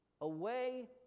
away